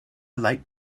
light